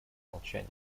молчание